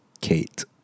Kate